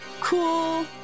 Cool